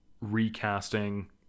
recasting